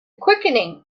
quickening